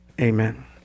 Amen